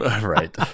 right